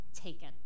taken